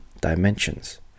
dimensions